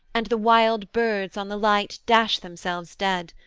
and the wild birds on the light dash themselves dead.